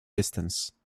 distance